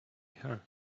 her